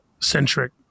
centric